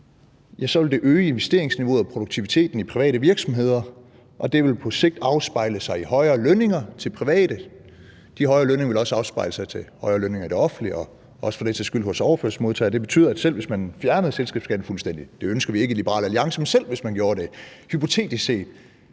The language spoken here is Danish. så vil øge investeringsniveauet og produktiviteten i private virksomheder, og at det på sigt vil afspejle sig i højere lønninger til private. Det vil også afspejle sig i højere lønninger i det offentlige og for den sags skyld også hos overførselsmodtagere. Det betyder, at uligheden, selv hvis man fjernede selskabsskatten fuldstændig – det ønsker vi ikke i Liberal Alliance, men selv hvis man hypotetisk set